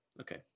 Okay